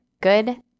good